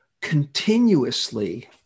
continuously